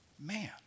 man